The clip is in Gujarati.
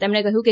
તેમણે કહ્યું કે